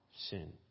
sin